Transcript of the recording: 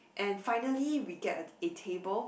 and finally we get a a table